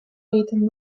egiten